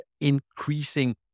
increasing